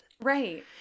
Right